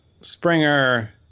Springer